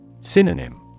Synonym